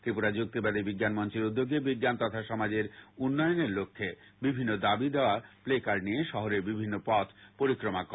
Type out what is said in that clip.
ত্রিপুরা যুক্তিবাদী বিজ্ঞান মঞ্চের উদ্যোগে বিজ্ঞান তথা সমাজের উন্নয়নের লক্ষে বিভিন্ন দাবি দাওয়ার প্লেকার্ড নিয়ে শহরের বিভিন্ন পথ পরিক্রমা করে